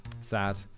Sad